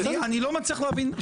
אני לא מצליח להבין.